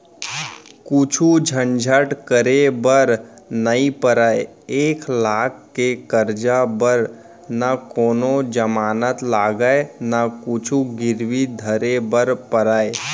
कुछु झंझट करे बर नइ परय, एक लाख के करजा बर न कोनों जमानत लागय न कुछु गिरवी धरे बर परय